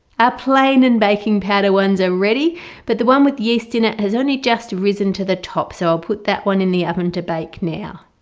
ah plain and baking powder ones are ready but the one with yeast in it has only just risen to the top so i'll put that one in the oven to bake now.